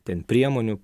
ten priemonių